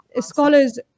scholars